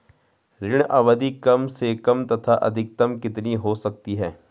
ऋण अवधि कम से कम तथा अधिकतम कितनी हो सकती है?